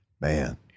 man